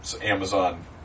Amazon